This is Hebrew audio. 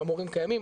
המורים קיימים,